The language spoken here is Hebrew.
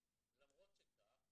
למרות שכך,